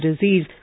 disease